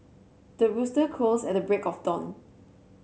the rooster crows at the break of dawn